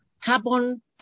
carbon